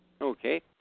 Okay